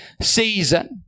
season